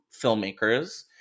filmmakers